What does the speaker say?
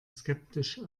skeptisch